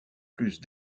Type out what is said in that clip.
plus